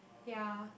ya